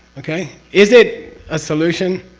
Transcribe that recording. okay? is it a solution?